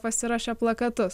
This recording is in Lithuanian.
pasiruošia plakatus